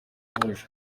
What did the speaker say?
rouge